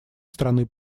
страны